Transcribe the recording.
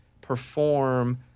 perform